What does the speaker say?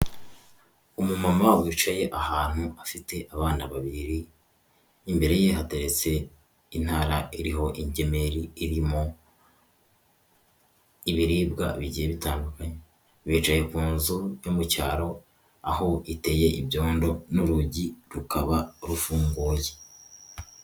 Umumama wicaye ahantu afite abana babiri, imbere ye hateretse intara iriho ingemeri irimo ibiribwa bigiye bitandukanye, bicaye ku nzu yo mu cyaro aho iteye ibyondo n'urugi rukaba rufunguye.